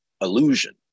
illusion